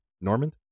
Norman